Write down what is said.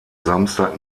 samstag